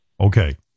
Okay